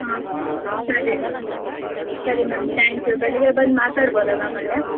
ಹಾಂ ಸರಿ ಮ್ಯಾಮ್ ಸರಿ ಮ್ಯಾಮ್ ತ್ಯಾಂಕ್ ಯು ಬೆಳಗ್ಗೆ ಬಂದು ಮಾತಾಡ್ಬೌದ ಮ್ಯಾಮ್ ಅಲ್ಲಿ